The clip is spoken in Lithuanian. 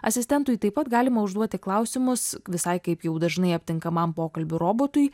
asistentui taip pat galima užduoti klausimus visai kaip jau dažnai aptinkamam pokalbių robotui